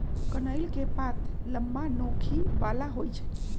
कनइल के पात लम्मा, नोखी बला होइ छइ